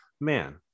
man